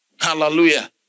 Hallelujah